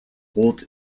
walt